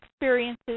experiences